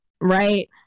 right